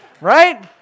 right